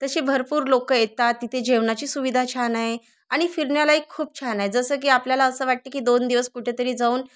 तशी भरपूर लोकं येतात तिथे जेवणाची सुविधा छान आहे आणि फिरण्यालायक खूप छान आहे जसं की आपल्याला असं वाटते की दोन दिवस कुठेतरी जाऊन